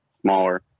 smaller